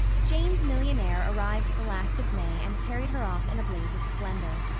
jane's millionaire arrived the last of may and carried her off in a blaze of splendor.